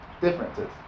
differences